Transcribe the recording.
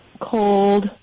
cold